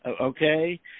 okay